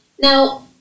Now